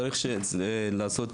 צריך לעשות